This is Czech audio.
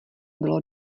bylo